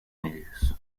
news